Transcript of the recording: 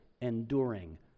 enduring